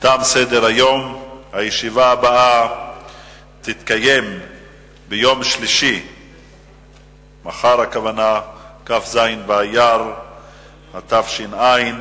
ג'מאל זחאלקה שאל את השר לביטחון פנים ביום ב' בניסן התש"ע (17